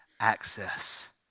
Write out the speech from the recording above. access